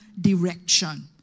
direction